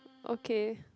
okay